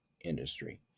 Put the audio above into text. industry